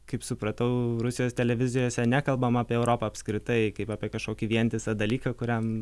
kaip supratau rusijos televizijose nekalbama apie europą apskritai kaip apie kažkokį vientisą dalyką kuriam